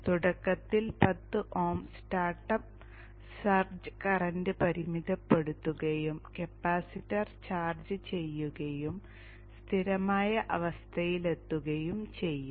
തുടക്കത്തിൽ 10Ω startup surge current പരിമിതപ്പെടുത്തുകയും capacitor charge ചെയ്യുകയും സ്ഥിരമായ അവസ്ഥയിലെത്തുകയും ചെയ്യും